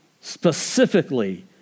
specifically